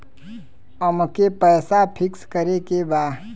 अमके पैसा फिक्स करे के बा?